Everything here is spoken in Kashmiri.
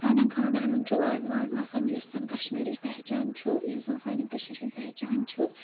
سانؠن خانٛدرَن منٛز چھُ وازوان آسان یُس زَن کشمیٖرٕچ پہچان چھُ یُس زَن سانہِ کٔشیٖر ہٕنٛز پہچان چھُ